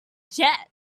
jest